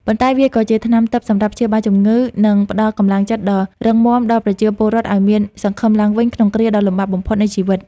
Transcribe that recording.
ប៉ុន្តែវាក៏ជាថ្នាំទិព្វសម្រាប់ព្យាបាលផ្លូវចិត្ត និងផ្តល់កម្លាំងចិត្តដ៏រឹងមាំដល់ប្រជាពលរដ្ឋឱ្យមានសង្ឃឹមឡើងវិញក្នុងគ្រាដ៏លំបាកបំផុតនៃជីវិត។